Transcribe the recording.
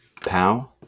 pow